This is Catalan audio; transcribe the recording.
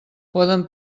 poden